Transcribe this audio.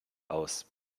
aus